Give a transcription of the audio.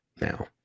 now